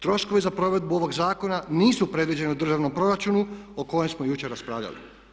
Troškove za provedbu ovog zakona nisu predviđeni u državnom proračunu o kojem smo jučer raspravljali.